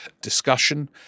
discussion